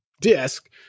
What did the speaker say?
disc